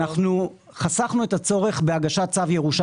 אנחנו חסכנו את הצורך בהגשת צו ירושה